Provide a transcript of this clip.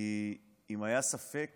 כי אם היה ספק